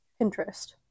Pinterest